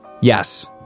Yes